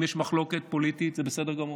אם יש מחלוקת פוליטית, זה בסדר גמור,